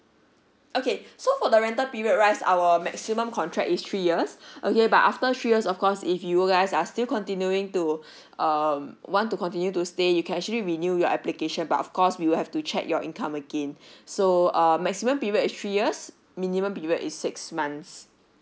okay so for the rental period right our maximum contract is three years okay but after three years of course if you guys are still continuing to um want to continue to stay you can actually renew your application but of course we will have to check your income again so err maximum period is three years minimum period is six months